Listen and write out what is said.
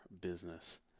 business